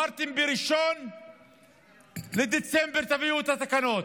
ב-1 בדצמבר אמרתם שתביאו את התקנות.